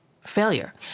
failure